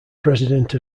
president